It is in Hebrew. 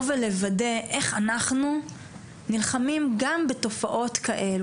ולוודא איך אנחנו נלחמים גם בתופעות כאלה.